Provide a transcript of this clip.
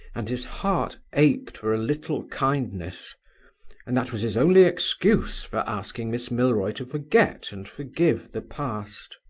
and his heart ached for a little kindness and that was his only excuse for asking miss milroy to forget and forgive the past.